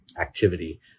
activity